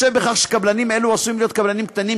בהתחשב בכך שקבלנים אלו עשויים להיות קבלנים קטנים,